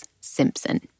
Simpson